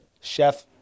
chef